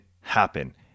happen